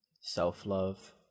Self-love